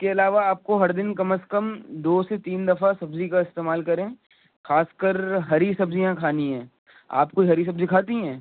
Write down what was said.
اس کے علاوہ آپ کو ہر دن کم از کم دو سے تین دفعہ سبزی کا استعمال کریں خاص کر ہری سبزیاں کھانی ہیں آپ کوئی ہری سبزی کھاتی ہیں